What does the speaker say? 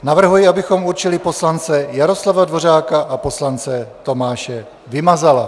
Navrhuji, abychom určili poslance Jaroslava Dvořáka a poslance Tomáše Vymazala.